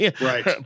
Right